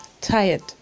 tired